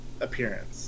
appearance